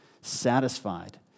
satisfied